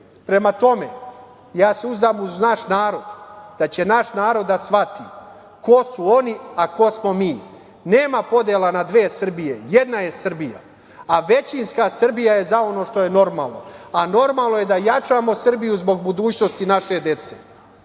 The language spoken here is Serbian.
bili. Prema tome, ja se uzdam u naš narod, da će naš narod da shvati ko su oni, a ko smo mi. Nema podela na dve Srbije, jedna je Srbija, a većinska Srbija je za ono što je normalno, a normalno je da jačamo Srbiju zbog budućnosti naše dece,